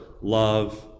love